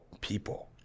people